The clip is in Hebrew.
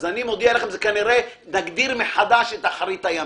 אני מודיע לכם שכנראה נגדיר מחדש את אחרית הימים,